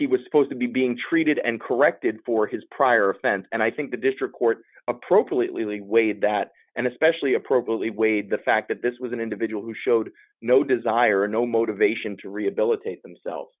he was supposed to be being treated and corrected for his prior offense and i think the district court appropriately weighed that and especially appropriately weighed the fact that this was an individual who showed no desire and no motivation to rehabilitate themselves